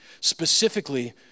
specifically